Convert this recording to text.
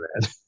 man